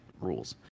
rules